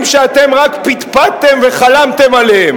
האם תוספות נדיבות לקצבאות